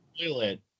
toilet